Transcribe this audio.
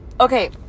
Okay